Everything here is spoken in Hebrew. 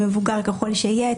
מבוגר ככל שיהיה.